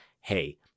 hey